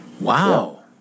Wow